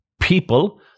people